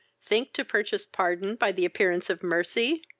think to purchase pardon by the appearance of mercy